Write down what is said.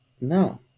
No